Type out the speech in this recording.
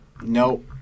No